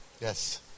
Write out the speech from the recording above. Yes